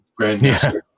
grandmaster